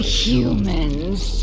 humans